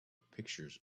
pictures